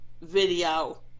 video